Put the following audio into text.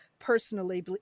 personally